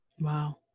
Wow